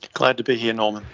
glad to be here norman.